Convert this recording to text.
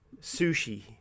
sushi